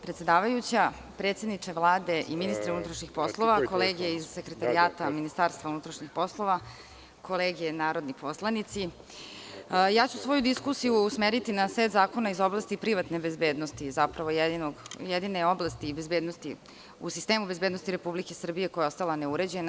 Predsedavajuća, predsedniče Vlade i ministre unutrašnjih poslova, kolege iz Sekretarijata MUP, kolege narodni poslanici, ja ću svoju diskusiju usmeriti na set zakona iz oblasti privatne bezbednosti, zapravo jedine oblasti iz bezbednosti u sistemu bezbednosti Republike Srbije, koja je ostana neuređena.